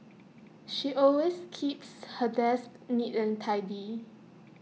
she always keeps her desk neat and tidy